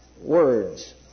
words